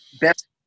best